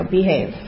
behave